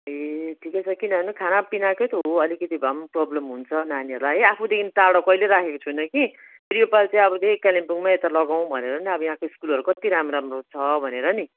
ए ठिकै छ किनभने खानापिनाकै त हो अलिकति भए पनि प्रब्लम हन्छ नानीहरूलाई आफूदेखि टाडो कहिले राखेको छुइनँ कि फेरि योपालि चाहिँ अब चाहिँ कालिम्पोङमा यता लगाउँ भनेर नि अब यहाँको स्कुलहरू कति राम्रो राम्रो छ भनेर नि